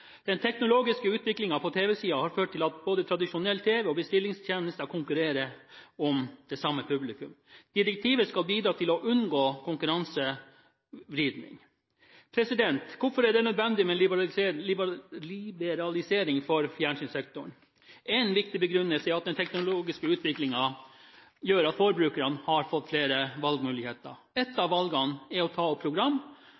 Den teknologiske utviklingen på tv-siden har ført til at både tradisjonell tv og bestillingstjenester konkurrerer om det samme publikum. Direktivet skal bidra til å unngå konkurransevridning. Hvorfor er det nødvendig med en liberalisering av fjernsynssektoren? En viktig begrunnelse er at den teknologiske utviklingen gjør at forbrukerne har fått flere valgmuligheter. Et